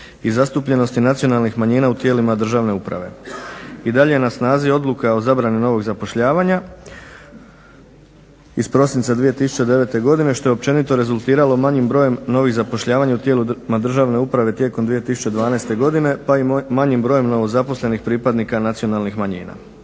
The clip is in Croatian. i zastupljenosti nacionalnih manjina u tijelima državne uprave. I dalje je na snazi Odluka o zabrani novog zapošljavanja iz prosinca 2009. godine što je općenito rezultiralo manjim brojem novih zapošljavanja u tijelima državne uprave tijekom 2012. godine pa i manjim brojem novozaposlenih pripadnika nacionalnih manjina.